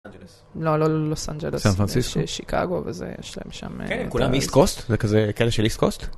לא לא לוס אנג'לס, יש שיקאגו וזה יש להם שם, כולם איסט קוסט, זה כזה כאלה של איסט קוסט.